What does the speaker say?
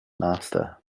master